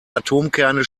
atomkerne